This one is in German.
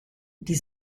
die